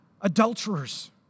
adulterers